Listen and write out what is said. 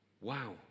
Wow